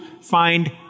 find